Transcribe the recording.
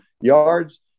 yards